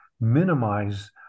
minimize